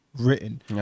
written